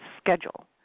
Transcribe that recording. schedule